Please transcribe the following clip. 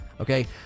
Okay